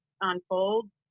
unfolds